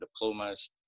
diplomas